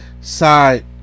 side